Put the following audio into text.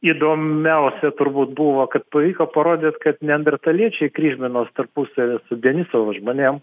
įdomiausia turbūt buvo kad pavyko parodyt kad neandertaliečiai kryžminos tarpusavy su denisovo žmonėm